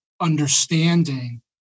understanding